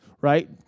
right